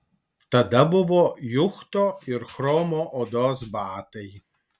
tada buvo juchto ir chromo odos batai